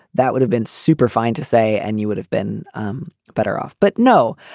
that would have been superfine to say and you would have been um better off. but no.